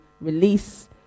release